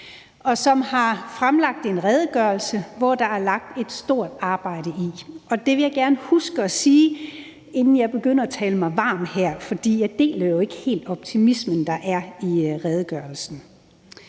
og som har fremlagt en redegørelse, der er lagt et stort arbejde i. Det vil jeg gerne huske at sige, inden jeg begynder at tale mig varm her, for jeg deler jo ikke helt optimismen, der er i redegørelsen.